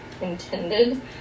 intended